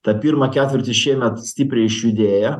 tą pirmą ketvirtį šiemet stipriai išjudėję